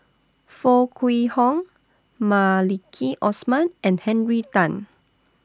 Foo Kwee Horng Maliki Osman and Henry Tan